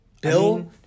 Bill